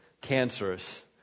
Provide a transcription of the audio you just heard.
cancerous